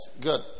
good